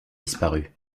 disparu